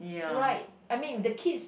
right I mean the kids